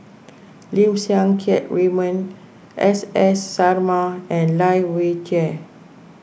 Lim Siang Keat Raymond S S Sarma and Lai Weijie